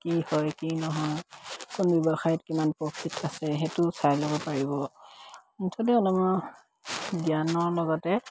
কি হয় কি নহয় কোন ব্যৱসায়ত কিমান প্ৰফিট আছে সেইটো চাই ল'ব পাৰিব মুঠতে অলপমান জ্ঞানৰ লগতে